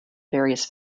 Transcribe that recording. various